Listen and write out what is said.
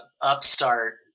upstart